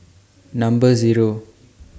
Number Zero